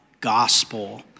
gospel